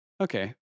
okay